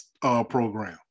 program